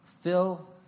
Fill